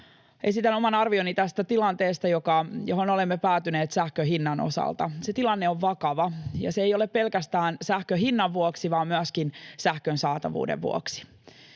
esitän oman arvioni tästä tilanteesta, johon olemme päätyneet sähkön hinnan osalta. Se tilanne on vakava, ja se ei ole vakava pelkästään sähkön hinnan vuoksi vaan myöskin sähkön saatavuuden vuoksi.